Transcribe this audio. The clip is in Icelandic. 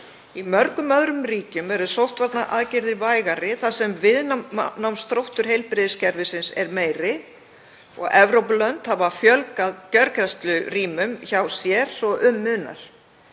Í mörgum öðrum ríkjum eru sóttvarnaaðgerðir vægari þar sem viðnámsþróttur heilbrigðiskerfisins er meiri og Evrópulönd hafa fjölgað gjörgæslurýmum hjá sér svo um munar.